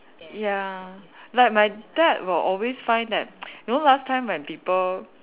ya like my dad will always find that you know last time when people